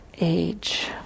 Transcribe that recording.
age